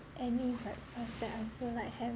any breakfast that I feel like